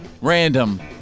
random